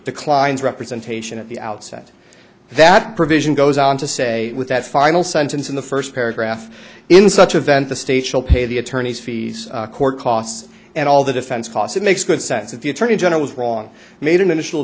declines representation at the outset that provision goes on to say with that final sentence in the first paragraph in such event the state shall pay the attorneys for these court costs and all the defense cos it makes good sense that the attorney general was wrong made an initial